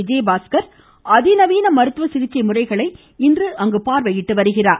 விஜயபாஸ்கர் அதிநவீன மருத்துவ சிகிச்சை முறைகளை இன்று பார்வையிட்டு வருகிறார்